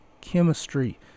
chemistry